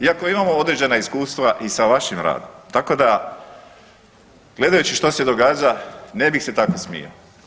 Iako imamo određena iskustva i sa vašim radom, tako da gledajući što se događa ne bih se tako smijao.